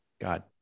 God